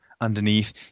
underneath